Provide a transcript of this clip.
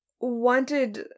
wanted